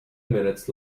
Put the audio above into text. minutes